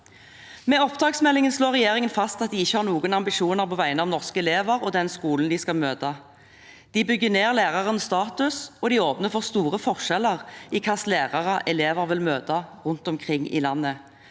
Med opptaksmeldingen slår regjeringen fast at den ikke har noen ambisjoner på vegne av norske elever og den skolen de skal møte. Man bygger ned lærernes status og åpner for store forskjeller med tanke på hvilke lærere elevene vil møte rundt omkring i landet.